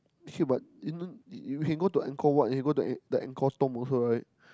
okay but in the you can go to Ankor-Wat and then you go to the Ankor-Thom also right